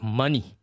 money